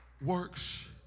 works